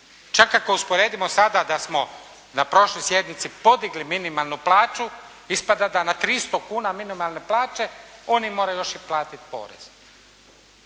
Čak ako usporedimo sada da smo na prošloj sjednici podigli minimalnu plaću ispada da na 300 kuna minimalne plaće oni moraju još i platiti porez.